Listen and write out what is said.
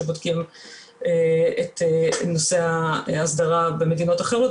שבודקים את נושא ההסדרה במדינות אחרות,